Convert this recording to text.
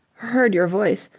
heard your voice.